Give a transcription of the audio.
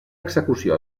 execució